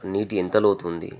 నీటి ఎంత లోతుంది